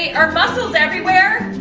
ah are muscles everywhere?